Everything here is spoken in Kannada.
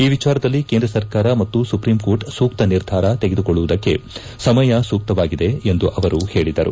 ಈ ವಿಚಾರದಲ್ಲಿ ಕೇಂದ್ರ ಸರ್ಕಾರ ಮತ್ತು ಸುಪ್ರೀಂ ಕೋರ್ಟ್ ಸೂಕ್ತ ನಿರ್ಧಾರ ಕೈಗೊಳ್ಳುವುದಕ್ಕೆ ಸಮಯ ಸೂಕ್ಕವಾಗಿದೆ ಎಂದು ಅವರು ಹೇಳಿದರು